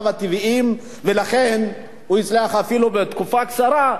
ולכן הוא הצליח אפילו בתקופה קצרה להוציא את קדימה,